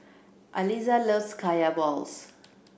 Aliza loves Kaya balls